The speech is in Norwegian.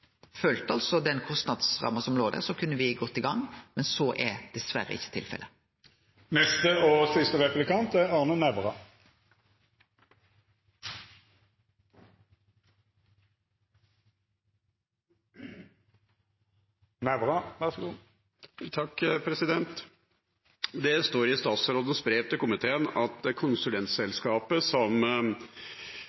den kostnadsramma som låg der, kunne vi ha gått i gang, men det er dessverre ikkje tilfellet. Det står i statsrådens brev til komiteen at konsulentselskapet som har vært involvert, ikke har gått grundig inn i dette med ferjevirksomheten, altså om privat ferjedrift kan bli lønnsom. Og det er